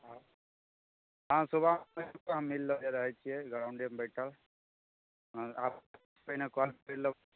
हँ सुबहमे मिल लेबै हम रहैत छियै ग्राउंडेमे बैठल हँ आउ पहिने कॉल कै लेबै